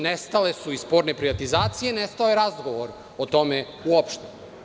Nestale su i sporne privatizacije, nestao je razgovor o tome uopšte.